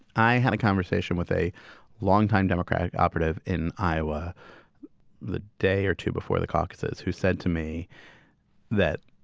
i had a conversation with a longtime democratic operative in iowa the day or two before the caucuses who said to me that